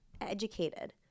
educated